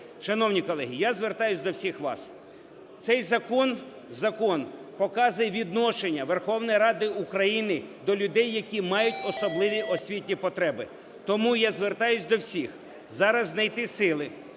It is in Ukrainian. Шановні колеги, я звертаюсь до всіх вас, цей закон, закон показує відношення Верховної Ради України до людей, які мають особливі освітні потреби. Тому я звертаюсь до всіх, зараз знайти сили,